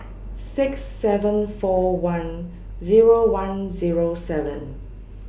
six seven four one Zero one Zero seven